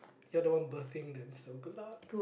you are the one birthing them so good luck